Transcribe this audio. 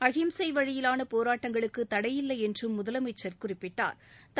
அஹிம்சை வழியிலான போராட்டங்களுக்கு தடையில்லை என்றும் முதலமைச்சா் குறிப்பிட்டாா்